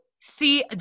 see